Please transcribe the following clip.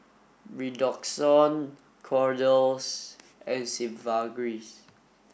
Redoxon Kordel's and Sigvaris